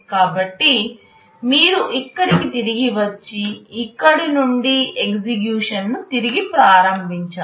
కాబట్టి మీరు ఇక్కడకు తిరిగి వచ్చి ఇక్కడ నుండి ఎగ్జిక్యూషన్ను తిరిగి ప్రారంభించాలి